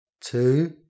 two